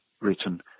written